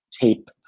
tape